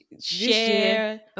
Share